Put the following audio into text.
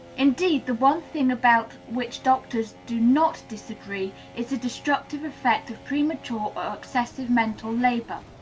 indeed, the one thing about which doctors do not disagree is the destructive effect of premature or excessive mental labor.